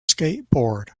skateboard